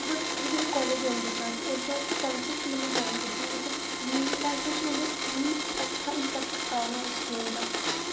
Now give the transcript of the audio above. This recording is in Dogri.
ते में जेल्लै कॉलेज़ ज्वाईन कीता ओह्दे बाद फैंसिंग में जेल्लै ज्वाईन कीती मतलब मेरी लाईफ च मतलब ओह् ते मिगी अच्छा इम्पैक्ट आया ना उस स्कीम दा